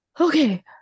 Okay